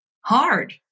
hard